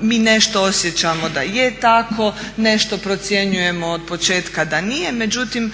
Mi nešto osjećamo da je tako, nešto procjenjujemo od početka da nije međutim